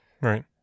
Right